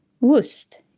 wust